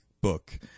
book